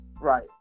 Right